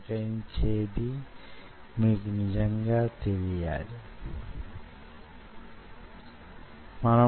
నేను మీకు చెప్పాను కదా దానికి కొంత లోతు ఉన్నది